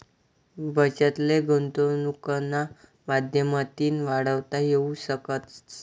बचत ले गुंतवनुकना माध्यमतीन वाढवता येवू शकस